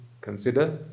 consider